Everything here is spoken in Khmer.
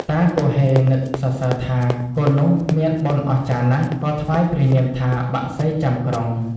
តាគហ៊េនឹកសរសើរថា កូននោះមានបុណ្យអស្ចារ្យណាស់ ក៏ថ្វាយព្រះនាមថា " បក្សីចាំក្រុង " ។